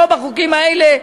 לא בחוקים האלה,